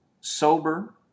sober